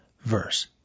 Verse